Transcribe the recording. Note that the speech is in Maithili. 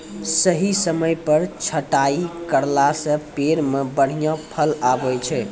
सही समय पर छंटाई करला सॅ पेड़ मॅ बढ़िया फल आबै छै